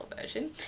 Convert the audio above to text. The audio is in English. version